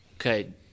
Okay